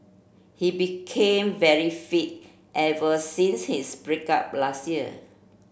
he became very fit ever since his break up last year